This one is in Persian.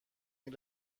این